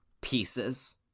pieces